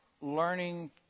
learning